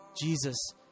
Jesus